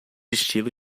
estilo